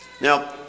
Now